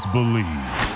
Believe